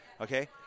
Okay